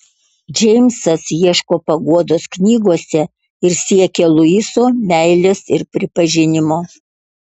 džeimsas ieško paguodos knygose ir siekia luiso meilės ir pripažinimo